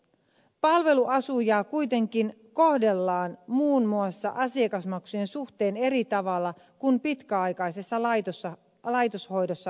palveluasujaa kuitenkin kohdellaan muun muassa asiakasmaksujen suhteen eri tavalla kuin pitkäaikaisessa laitoshoidossa olevaa